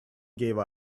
gave